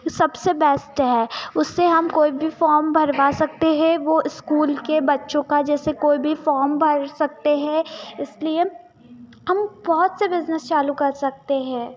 सबसे बेस्ट है उससे हम कोई भी फॉर्म भरवा सकते हैं वो ईस्कूल के बच्चों का जैसे कोइ भी फॉर्म भर सकते हैं इसलिए हम बहुत से बिजनस चालू कर सकते हैं